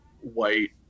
white